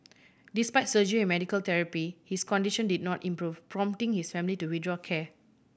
despite surgery and medical therapy his condition did not improve prompting his family to withdraw care